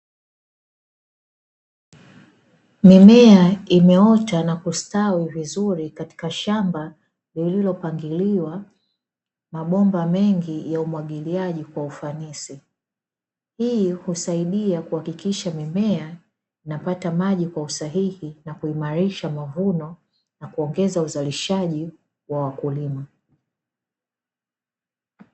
Mimea imeota na kustawi vizuri katika shamba lililopangiliwa mabomba mengi yamepangwa na kumwagilia kwa ufanisi. Hii husaidia kuhakikisha mimea inapata maji kwa ufanisi kuimarisha mavuno na kuongeza uzalishaji kwa wakulima.